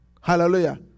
Hallelujah